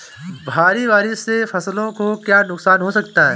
भारी बारिश से फसलों को क्या नुकसान हो सकता है?